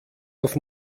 auf